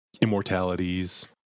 Immortalities